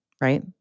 Right